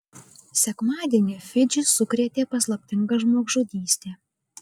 sekmadienį fidžį sukrėtė paslaptinga žmogžudystė